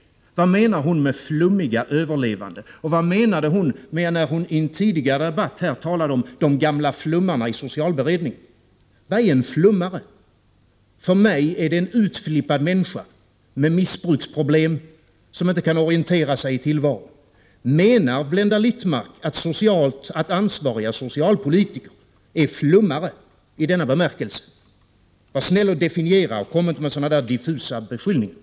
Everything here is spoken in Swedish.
Vad menar hon med flummiga överlevande? Och vad menade hon när hon i en tidigare debatt talade om de gamla flummarna i socialberedningen? Vad är en flummare? För mig är det en utflippad människa med missbruksproblem som inte kan orientera sig i tillvaron. Menar Blenda Littmarck att ansvariga socialpolitiker är flummare i denna bemärkelse? Var snäll och definiera, och kom inte med sådana där diffusa beskyllningar!